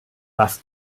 was